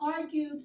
argued